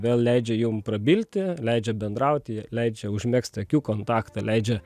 vėl leidžia jum prabilti leidžia bendrauti jie leidžia užmegzt akių kontaktą leidžia